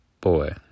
boy